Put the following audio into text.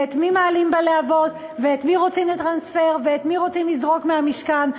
ואת מי מעלים בלהבות ואת מי רוצים לטרנספר ואת מי רוצים לזרוק מהמשכן?